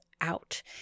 out